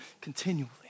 continually